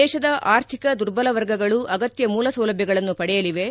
ದೇಶದ ಅರ್ಥಿಕ ದುರ್ಬಲ ವರ್ಗಗಳು ಅಗತ್ಯ ಮೂಲಸೌಲಭ್ಯಗಳನ್ನು ಪಡೆಯಲಿವೆ